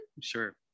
Sure